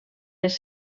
les